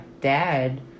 dad